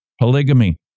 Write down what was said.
polygamy